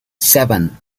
seven